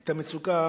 את המצוקה